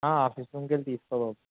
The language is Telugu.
ఆ ఆఫీస్ రూమ్కి వెళ్ళి తీసుకో బాబు